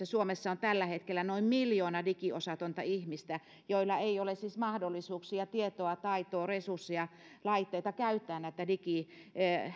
suomessa on tällä hetkellä noin miljoona digiosatonta ihmistä joilla ei ole siis mahdollisuuksia tietoa taitoa resursseja laitteita käyttää näitä